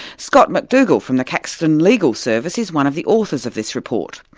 scott mcdougal from the caxton legal service is one of the authors of this report.